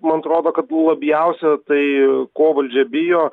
man atrodo kad labiausia tai ko valdžia bijo